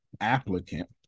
applicant